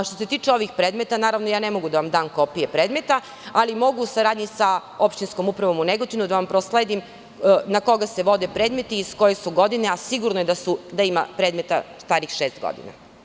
Što se tiče ovih predmeta, naravno, ja ne mogu da vam dam kopije predmeta, ali mogu u saradnji sa Opštinskom upravom u Negotinu da vam prosledim na koga se vode predmeti i iz koje su godine, a sigurno je da ima predmeta starih šest godina.